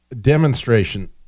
demonstration